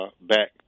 back